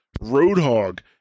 Roadhog